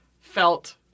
felt